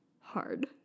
hard